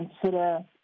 consider